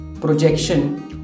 projection